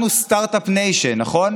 אנחנו סטרטאפ ניישן, נכון?